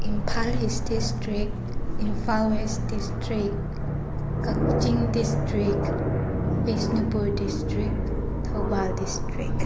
Imphal east district Imphal west district Kakching district Bishnupur district Thoubal district